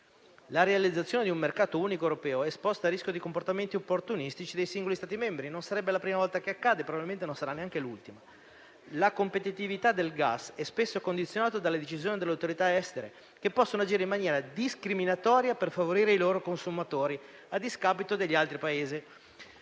La realizzazione di un mercato unico europeo è esposta al rischio di comportamenti opportunistici dei singoli Stati membri. Non sarebbe la prima volta che accade e probabilmente non sarebbe neanche l'ultima. La competitività del gas è spesso condizionata dalle decisioni delle autorità estere, che possono agire in maniera discriminatoria per favorire i loro consumatori, a discapito degli altri Paesi.